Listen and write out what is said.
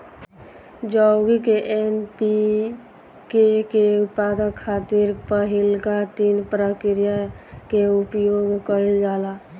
यौगिक एन.पी.के के उत्पादन खातिर पहिलका तीन प्रक्रिया के उपयोग कईल जाला